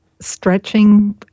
stretching